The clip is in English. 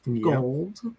gold